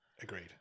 agreed